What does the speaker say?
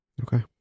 Okay